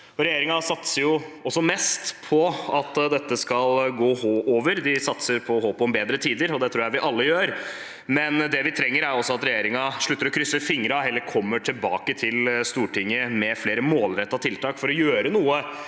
Regjeringen satser mest på at dette skal gå over. De satser på håp om bedre tider, og det tror jeg vi alle gjør. Men det vi trenger, er at regjeringen slutter å krysse fingre og heller kommer tilbake til Stortinget med flere målrettede tiltak for å gjøre noe